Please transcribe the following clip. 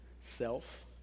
self